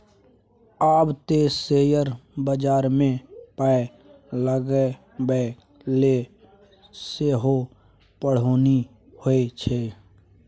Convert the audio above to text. आब तँ शेयर बजारमे पाय लगेबाक लेल सेहो पढ़ौनी होए छै